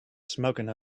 smoking